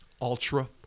ultra